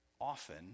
often